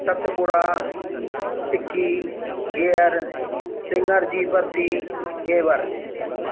सतपुड़ा टिक्की गिहर सिंघर जी बर्फी गेवर